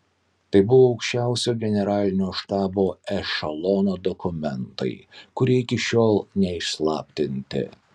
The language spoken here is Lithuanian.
tai buvo aukščiausio generalinio štabo ešelono dokumentai kurie iki šiol neišslaptinti